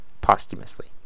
posthumously